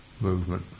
movement